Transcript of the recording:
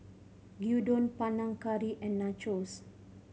Gyudon Panang Curry and Nachos